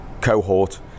cohort